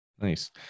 Nice